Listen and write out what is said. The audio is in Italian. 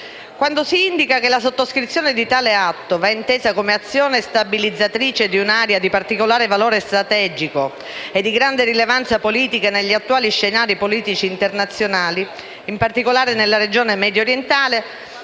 Quando si indica che la sottoscrizione di tale Atto va intesa come «azione stabilizzatrice di un'area di particolare valore strategico e di grande rilevanza politica negli attuali scenari politici internazionali», in particolare nella regione mediorientale,